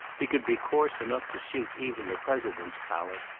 he could be coarse enough to suit even the president's palate,